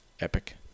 epic